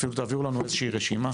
אפילו תביאו לנו איזושהי רשימה.